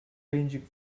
ranging